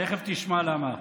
תכף תשמע למה,